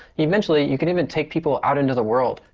eventually you can even take people out into the world.